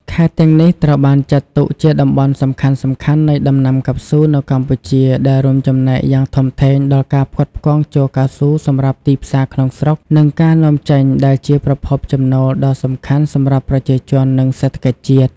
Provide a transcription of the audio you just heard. ខេត្តទាំងនេះត្រូវបានចាត់ទុកជាតំបន់សំខាន់ៗនៃដំណាំកៅស៊ូនៅកម្ពុជា ដែលរួមចំណែកយ៉ាងធំធេងដល់ការផ្គត់ផ្គង់ជ័រកៅស៊ូសម្រាប់ទីផ្សារក្នុងស្រុក និងការនាំចេញ ដែលជាប្រភពចំណូលដ៏សំខាន់សម្រាប់ប្រជាជន និងសេដ្ឋកិច្ចជាតិ។